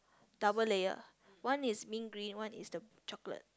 double layer one is mint green one is the chocolate